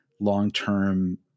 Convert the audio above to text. long-term